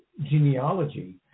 genealogy